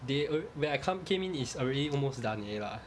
they alr~ when I come came in is already almost done already lah